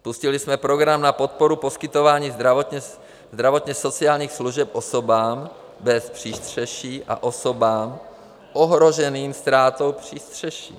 Spustili jsme program na podporu poskytování zdravotněsociálních služeb osobám bez přístřeší a osobám ohroženým ztrátou přístřeší.